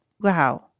Wow